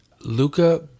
Luca